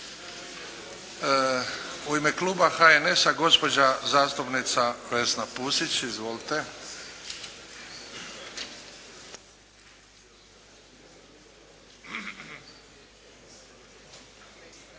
U ime Kluba HNS-a gospođa zastupnica Vesna Pusić, izvolite.